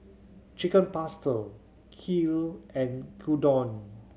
Chicken Pasta Kheer and Gyudon